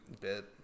bit